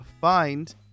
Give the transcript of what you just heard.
find